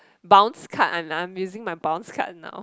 bounce card I am I am using my bounce card now